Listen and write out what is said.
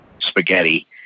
spaghetti